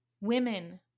Women